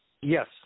Yes